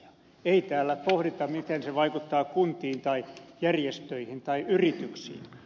ei täällä pohdita miten se vaikuttaa kuntiin tai järjestöihin tai yrityksiin